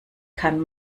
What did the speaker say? kann